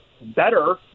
better